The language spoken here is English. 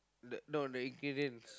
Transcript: the no the ingredients